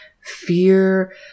fear